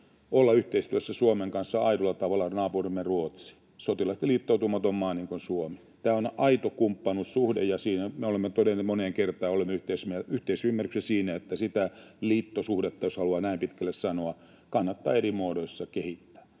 olla yhteistyössä Suomen kanssa aidolla tavalla, on naapurimme Ruotsi, sotilaallisesti liittoutumaton maa niin kuin Suomi. Tämä on aito kumppanuussuhde, ja olemme todenneet moneen kertaan, että olemme yhteisymmärryksessä siinä, että sitä liittosuhdetta — jos haluaa näin pitkälle sanoa — kannattaa eri muodoissa kehittää.